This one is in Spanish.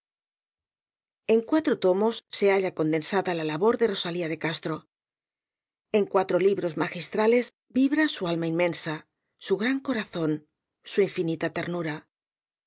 en cuatro tomos se halla condensarla la labor de rosalía de castro en cuatro libros magistrales vibra su alma inmensa su gran corazón su infinita ternura